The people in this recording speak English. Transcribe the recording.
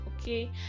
okay